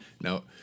No